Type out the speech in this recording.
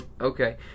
okay